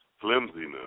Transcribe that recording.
flimsiness